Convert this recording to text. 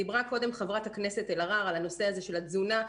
דיברה קודם חברת הכנסת אלהרר על הנושא של התזונה,